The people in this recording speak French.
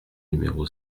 numéro